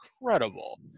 incredible